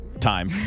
time